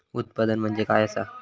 उत्पादन म्हणजे काय असा?